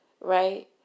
right